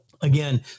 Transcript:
again